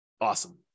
Awesome